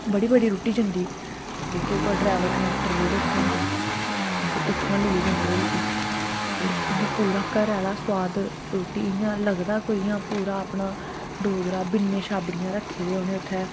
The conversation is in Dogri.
बड़ी बड़ी रुट्टी जंदी जेह्के कोई डरैबर कंडक्टर जेह्ड़े उत्थै होंदे ते उत्थूं दा लेइयै जंदे ओह् रुट्टी ते इ'यां पूरा घरा आह्ला सोआद रुट्टी इ'यां लगदा कोई इ'यां पूरा अपना डोगरा बिन्ने छाबड़ियां रक्खे दे उ'नें उत्थै